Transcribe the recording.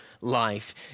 life